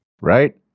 Right